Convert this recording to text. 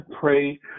pray